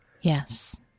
Yes